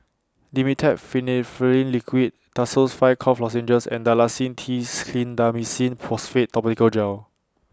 Dimetapp Phenylephrine Liquid Tussils five Cough Lozenges and Dalacin T Clindamycin Phosphate Topical Gel